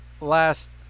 last